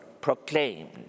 proclaimed